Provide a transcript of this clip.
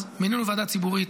אז מינינו ועדה ציבורית.